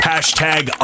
Hashtag